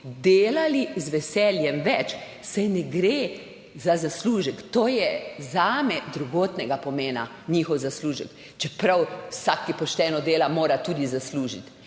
delali z veseljem več. Saj ne gre za zaslužek, to je zame drugotnega pomena, njihov zaslužek, čeprav vsak, ki pošteno dela, mora tudi zaslužiti,